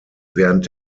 während